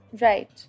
right